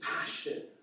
passion